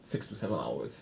six to seven hours